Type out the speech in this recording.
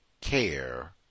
care